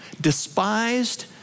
despised